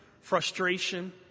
frustration